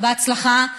לא, לא, בהצלחה.